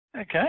Okay